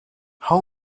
how